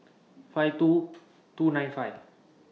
five two two nine five